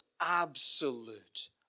absolute